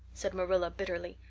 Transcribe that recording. said marilla bitterly.